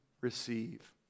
receive